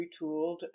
retooled